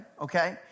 okay